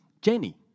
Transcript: Jenny